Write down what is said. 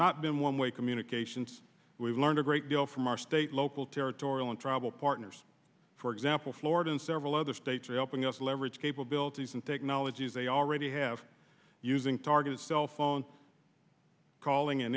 not been one way communications we've learned a great deal from our state local territorial and travel partners for example florida and several other states are helping us leverage capabilities and technologies they already have using targeted cell phone calling